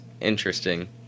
interesting